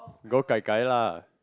go gai gai lah